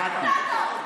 שמעתי.